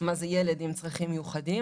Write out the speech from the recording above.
מה זה ילד עם צרכים מיוחדים.